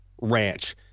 ranch